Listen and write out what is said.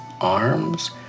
arms